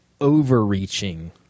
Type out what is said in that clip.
overreaching